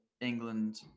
England